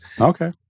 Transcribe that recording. okay